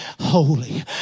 holy